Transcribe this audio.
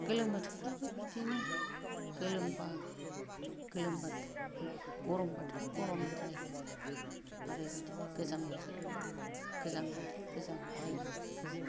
गोलोम बोथाराबो बिदिनो गोलोमबा गोलोमबाथाय गरमबाथाय गरमद्राय आरो बिदिनो गोजां बोथोराबो गोजां बोथोर गोजांबाय